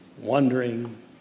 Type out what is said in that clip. wondering